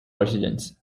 residents